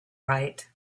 right